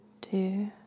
two